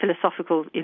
philosophical